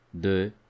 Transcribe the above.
de